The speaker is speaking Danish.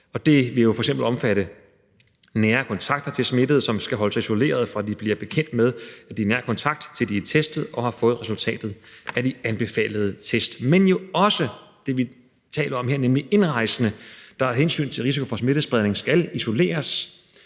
Det vil f.eks. omfatte nære kontakter til smittede, som skal holde sig isoleret, fra de bliver bekendt med, at de er nær kontakt, til de er testet og har fået resultatet af de anbefalede test, men jo også det, vi taler om her, nemlig indrejsende, der af hensyn til risiko for smittespredning skal testes